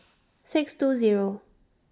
six two Zero